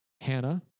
Hannah